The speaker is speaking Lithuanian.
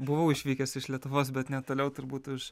buvau išvykęs iš lietuvos bet ne toliau turbūt už